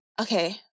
Okay